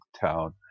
town